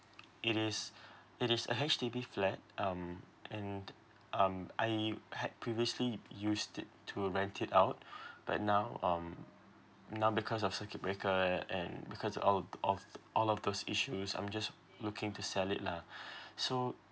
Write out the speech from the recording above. it is it is a H_D_B flat um and um I had previously used it to rent it out but now um now because of circuit breaker and because all of all of those issues I'm just looking to sell it lah so